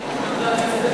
זה לא נכון.